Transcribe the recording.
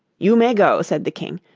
you may go said the king,